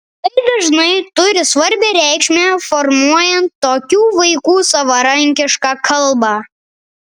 tai dažnai turi svarbią reikšmę formuojant tokių vaikų savarankišką kalbą